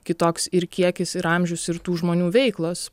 kitoks ir kiekis ir amžius ir tų žmonių veiklos